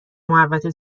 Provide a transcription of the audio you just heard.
محوطه